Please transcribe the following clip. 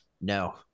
No